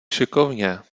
šikovně